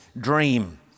dream